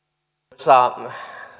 arvoisa